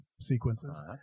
sequences